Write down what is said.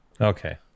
Okay